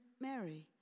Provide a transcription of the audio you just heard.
Mary